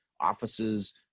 offices